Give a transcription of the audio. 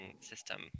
system